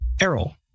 errol